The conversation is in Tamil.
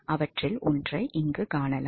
அவற்றில் ஒன்றை காணலாம்